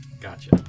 Gotcha